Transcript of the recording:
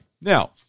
now